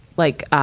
like, ah,